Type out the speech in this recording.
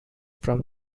from